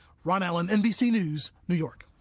ron allen, nbc news, new york.